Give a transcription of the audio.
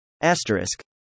Asterisk